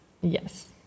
yes